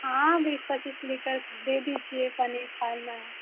हाँ बीस पचीस लीटर दे दीजिए पनीर फाड़ना है